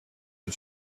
had